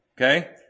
Okay